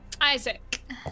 isaac